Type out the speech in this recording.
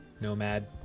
Nomad